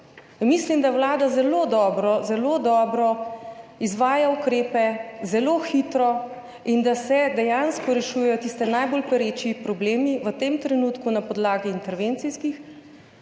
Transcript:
Mislim, da Vlada zelo dobro in zelo hitro izvaja ukrepe in da se dejansko rešujejo tisti najbolj pereči problemi v tem trenutku na podlagi intervencijskih